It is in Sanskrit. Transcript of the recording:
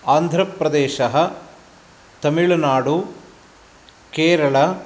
आन्ध्रप्रदेशः तमुळुनाडु केरळ